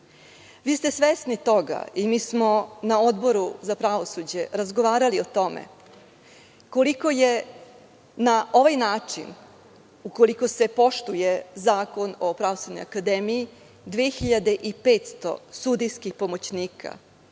ste svesni toga i mi smo na Odboru za pravosuđe razgovarali o tome koliko je na ovaj način, ukoliko se poštuje Zakon o Pravosudnoj akademiji, 2.500 pomoćnika